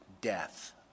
death